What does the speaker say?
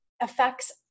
affects